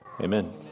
amen